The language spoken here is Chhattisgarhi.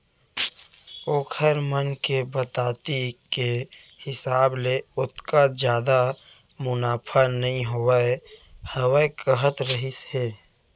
ओखर मन के बताती के हिसाब ले ओतका जादा मुनाफा नइ होवत हावय कहत रहिस हे